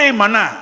mana